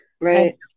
Right